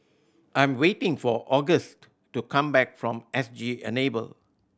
I'm waiting for Auguste to come back from S G Enable